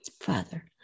Father